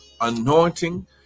anointing